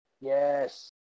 Yes